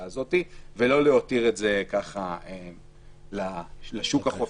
הזאת ולא להותיר את זה לשוק החופשי.